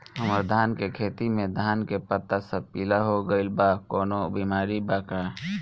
हमर धान के खेती में धान के पता सब पीला हो गेल बा कवनों बिमारी बा का?